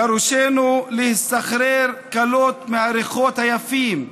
לראשינו להסתחרר קלות מהריחות היפים,